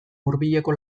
hurbileko